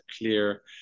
clear